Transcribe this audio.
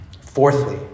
Fourthly